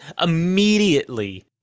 immediately